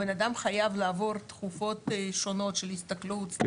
הבן-אדם חייב לעבור תקופות שונות של הסתכלות.